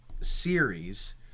series